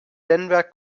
denver